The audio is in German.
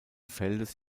feldes